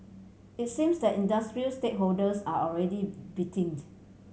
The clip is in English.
it seems that industry stakeholders are already biting